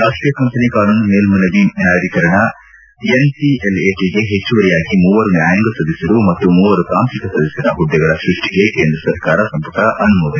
ರಾಷ್ಷೀಯ ಕಂಪನಿ ಕಾನೂನು ಮೇಲ್ನನವಿ ನ್ಲಾಯಾಧಿಕರಣ ಎನ್ಸಿಎಲ್ಎಟಿಗೆ ಹೆಚ್ಚುವರಿಯಾಗಿ ಮೂವರು ನ್ನಾಯಾಂಗ ಸದಸ್ಟರು ಮತ್ತು ಮೂವರು ತಾಂತ್ರಿಕ ಸದಸ್ಟರ ಮದ್ದೆಗಳ ಸ್ಟಷ್ಟಿಗೆ ಕೇಂದ್ರ ಸಚಿವ ಸಂಪುಟ ಅನುಮೋದನೆ